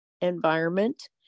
environment